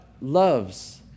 loves